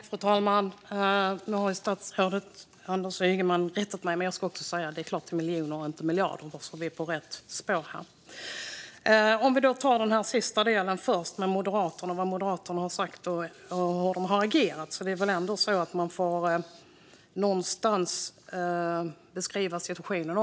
Fru talman! Statsrådet Anders Ygeman har visserligen redan rättat mig, men även jag ska förstås säga att det såklart handlade om miljoner och inte miljarder så att vi är på rätt spår här. Låt mig börja med den sista delen, som handlade om vad Moderaterna har sagt och hur Moderaterna har agerat. Man får väl ändå beskriva situationen.